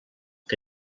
que